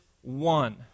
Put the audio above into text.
one